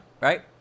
right